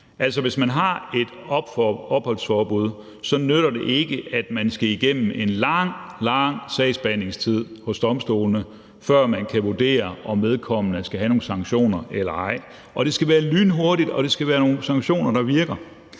Altså, hvis man har et opholdsforbud, nytter det ikke, at der er en lang, lang sagsbehandlingstid hos domstolene, som vedkommende skal igennem, før det kan vurderes, om vedkommende skal have nogle sanktioner eller ej. Det skal være lynhurtigt, og det skal være nogle sanktioner, der virker.